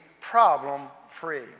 problem-free